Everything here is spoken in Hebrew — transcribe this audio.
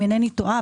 אם אינני טועה,